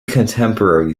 contemporary